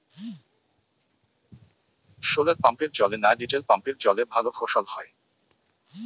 শোলার পাম্পের জলে না ডিজেল পাম্পের জলে ভালো ফসল হয়?